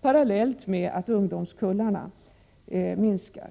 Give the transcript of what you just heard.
parallellt med att ungdomskullarna minskar.